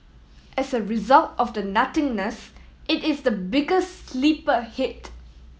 as a result of the nothingness it is the biggest sleeper hit